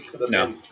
No